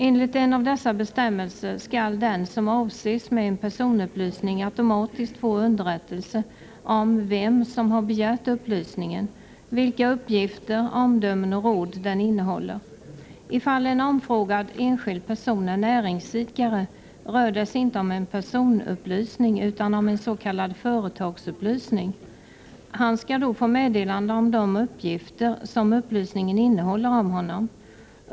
Enligt en av dessa bestämmelser skall den som avses med en personupplysning automatiskt få underrättelse om vem som har begärt upplysningen, vilka uppgifter, omdömen och råd den innehåller. Ifall en omfrågad enskild person är näringsidkare rör det sig inte om en personupplysning utan om en s.k. företagsupplysning. Han skall då få meddelande om de uppgifter som upplysningen innehåller om honom.